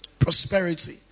prosperity